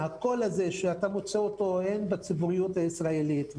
מהקול הזה שאתה מוצא אותו הן בציבוריות הישראלית,